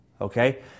Okay